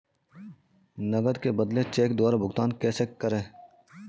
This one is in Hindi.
नकद के बदले चेक द्वारा भुगतान कैसे करें?